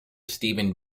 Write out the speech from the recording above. stephen